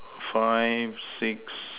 five six